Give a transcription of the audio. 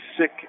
sick